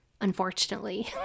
Unfortunately